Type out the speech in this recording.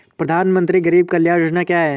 प्रधानमंत्री गरीब कल्याण योजना क्या है?